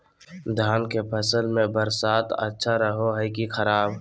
धान के फसल में बरसात अच्छा रहो है कि खराब?